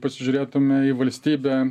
pasižiūrėtume į valstybę